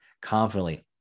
confidently